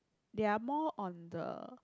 they are more on the